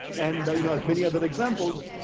and, you know, as many other examples,